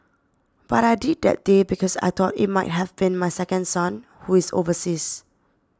but I did that day because I thought it might have been my second son who is overseas